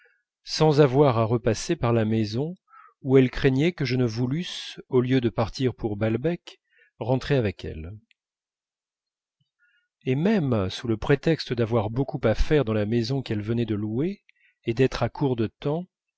sans avoir à repasser par la maison où elle craignait que je ne voulusse au lieu de partir pour balbec rentrer avec elle et même sous le prétexte d'avoir beaucoup à faire dans la maison qu'elle venait de louer et d'être à court de temps